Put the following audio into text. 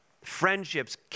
Friendships